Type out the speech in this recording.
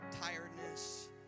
tiredness